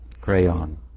crayon